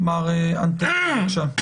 בבקשה.